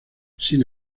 sin